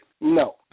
No